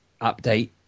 update